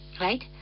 right